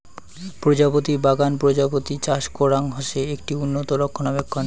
প্রজাপতি বাগান প্রজাপতি চাষ করাং হসে, এটি উন্নত রক্ষণাবেক্ষণ